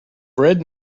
bread